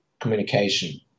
communication